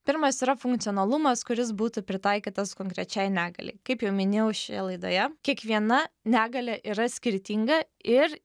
pirmas yra funkcionalumas kuris būtų pritaikytas konkrečiai negaliai kaip jau minėjau šioje laidoje kiekviena negalia yra skirtinga ir